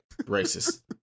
Racist